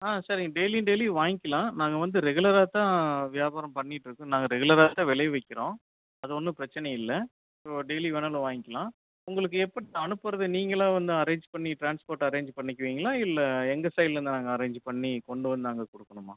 ஆ சரிங்க டெய்லியும் டெய்லியும் வாங்கிக்கலாம் நாங்கள் வந்து ரெகுலராகத்தான் வியாபாரம் பண்ணிட்டிருக்கோம் நாங்கள் ரெகுலகராத்தான் விளைவிக்கிறோம் அது ஒன்றும் பிரச்சின இல்லை டெய்லி வேணுணாலும் வாங்கிக்கலாம் உங்களுக்கு எப்படி அனுப்புறது நீங்களாக வந்து அரேஞ்ச் பண்ணி டிரான்ஸ்போர்ட் அரேஞ்சு பண்ணிக்குவீங்களா இல்லை எங்கள் சைட்லிருந்து நாங்கள் அரேஞ்சு பண்ணி கொண்டு வந்து அங்கே கொடுக்குனுமா